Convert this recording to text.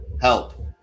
help